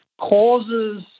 causes